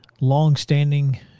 longstanding